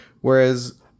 Whereas